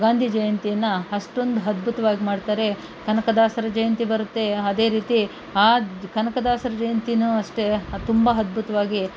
ಗಾಂಧಿ ಜಯಂತಿಯನ್ನು ಅಷ್ಟೊಂದು ಅದ್ಭುತ್ವಾಗಿ ಮಾಡ್ತಾರೆ ಕನಕದಾಸರ ಜಯಂತಿ ಬರುತ್ತೆ ಅದೇ ರೀತಿ ಆ ಕನಕದಾಸರ ಜಯಂತಿಯೂ ಅಷ್ಟೇ ತುಂಬ ಅದ್ಭುತ್ವಾಗಿ